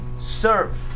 serve